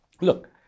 look